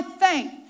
faith